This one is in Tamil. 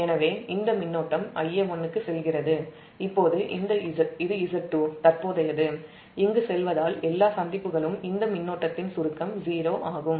எனவே இந்த மின்னோட்டம் Ia1 க்கு செல்கிறது இப்போது இது Z2 இங்கு செல்வதால் எல்லா சந்திப்புகளும் இந்த மின்னோட்டத்தின் சுருக்கம் 0 ஆகும்